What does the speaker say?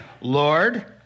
Lord